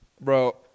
Bro